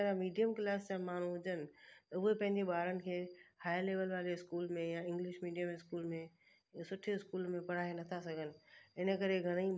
medium class जा माण्हू हुजनि त उहे पंहिंजे ॿारनि खे हाई लेविल वारे स्कूल में या इंग्लिश मीडियम स्कूल में सुठे स्कूल में पढ़ाए नथा सघनि इन करे घणई ॿार